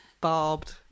barbed